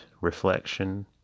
reflection